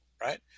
right